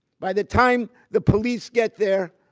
by the time the police get there,